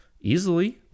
easily